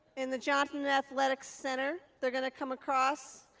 in the johnson athletic center. they're going to come across,